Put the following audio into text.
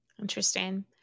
Interesting